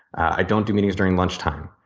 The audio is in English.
i don't do meetings during lunchtime.